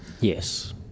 Yes